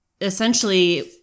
essentially